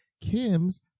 kim's